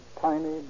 tiny